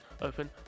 Open